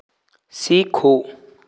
सीखो